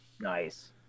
Nice